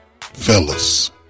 Fellas